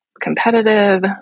competitive